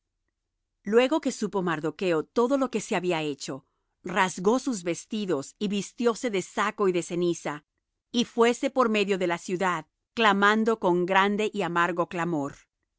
luego que supo mardocho todo lo que se había hecho rasgó sus vestidos y vistióse de saco y de ceniza y fuése por medio de la ciudad clamando con grande y amargo clamor